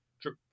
True